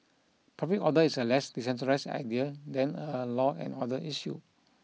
public order is a less decentralised idea than a law and order issue